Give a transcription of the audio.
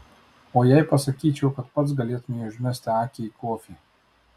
o jei pasakyčiau kad pats galėtumei užmesti akį į kofį